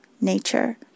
nature